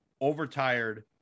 overtired